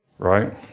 right